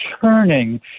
churning